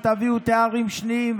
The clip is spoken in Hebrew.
ותביאו תארים שניים,